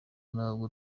ntabwo